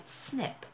snip